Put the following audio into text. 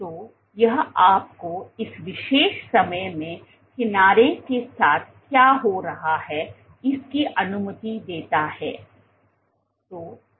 तो यह आपको इस विशेष समय में किनारे के साथ क्या हो रहा है इसकी अनुमति देता है